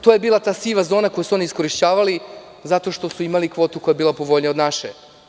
To je bila ta siva zona koju su oni iskorišćavali zato što su imali kvotu koja je bila povoljnija od naše.